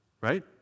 right